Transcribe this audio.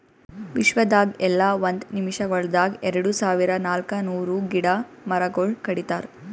ವಿಶ್ವದಾಗ್ ಎಲ್ಲಾ ಒಂದ್ ನಿಮಿಷಗೊಳ್ದಾಗ್ ಎರಡು ಸಾವಿರ ನಾಲ್ಕ ನೂರು ಗಿಡ ಮರಗೊಳ್ ಕಡಿತಾರ್